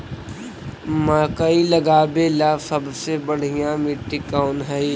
मकई लगावेला सबसे बढ़िया मिट्टी कौन हैइ?